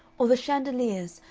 or the chandeliers,